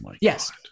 Yes